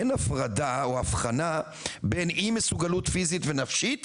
אין הפרדה או הבחנה בין אי מסוגלות פיזית ונפשית